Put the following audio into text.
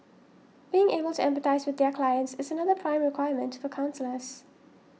being able to empathise with their clients is another prime requirement for counsellors